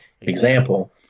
example